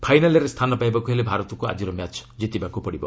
ଫାଇନାଲ୍ରେ ସ୍ଥାନ ପାଇବାକୁ ହେଲେ ଭାରତକୁ ଆଜିର ମ୍ୟାଚ୍ ଜିତିବାକୁ ପଡ଼ିବ